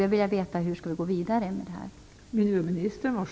Jag vill veta hur vi skall gå vidare med frågan.